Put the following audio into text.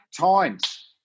times